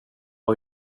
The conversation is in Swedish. att